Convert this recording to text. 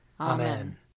Amen